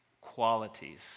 qualities